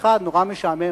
ערוץ-1 נורא משעמם,